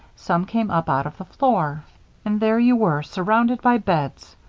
some came up out of the floor and there you were, surrounded by beds!